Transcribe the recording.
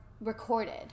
recorded